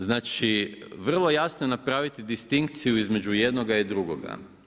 Znači vrlo jasno napraviti distinkciju između jednoga i drugoga.